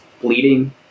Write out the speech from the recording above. bleeding